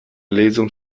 lesung